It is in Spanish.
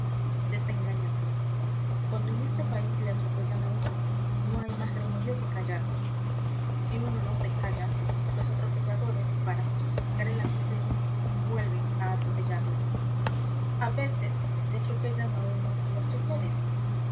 desengáñate cuando en este país le atropellan a uno no hay más remedio que callarse si uno no se calla los atropelladores para justificar el atropello vuelven a atropellarle a veces le atropellan a uno los